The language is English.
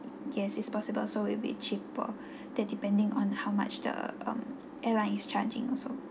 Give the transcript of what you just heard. yes it's possible so will be cheaper that depending on how much the um airline is charging also